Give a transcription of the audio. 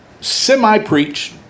semi-preach